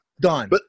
Done